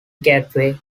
gateway